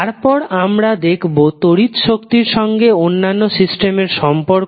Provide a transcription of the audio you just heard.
তারপর আমরা দেখব তড়িৎ শক্তির সঙ্গে অন্যান্য সিস্টেমের সম্পর্ক